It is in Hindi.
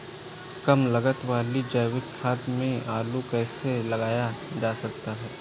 कम लागत वाली जैविक खेती में आलू कैसे लगाया जा सकता है?